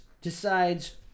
decides